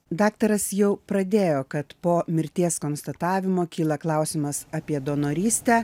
daktaras jau pradėjo kad po mirties konstatavimo kyla klausimas apie donorystę